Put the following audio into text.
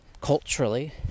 culturally